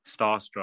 starstruck